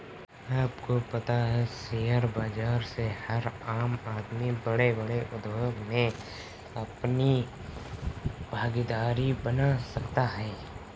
आपको पता है शेयर बाज़ार से हर आम आदमी बडे़ बडे़ उद्योग मे अपनी भागिदारी बना सकता है?